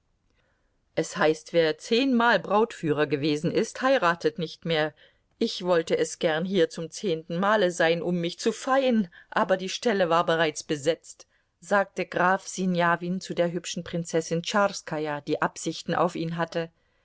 es heißt wer zehnmal brautführer gewesen ist heiratet nicht mehr ich wollte es gern hier zum zehnten male sein um mich zu feien aber die stelle war bereits besetzt sagte graf sinjawin zu der hübschen prinzessin tscharskaja die absichten auf ihn hatte